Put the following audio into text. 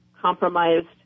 compromised